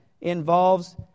involves